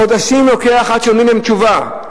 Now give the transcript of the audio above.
חודשים לוקח עד שנותנים להם תשובה.